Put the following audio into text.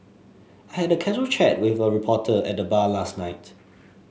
I had a casual chat with a reporter at the bar last night